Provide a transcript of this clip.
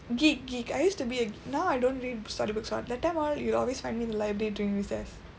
geek geek I used to be a now I don't read storybooks all that time all you'd always find me in the library during recess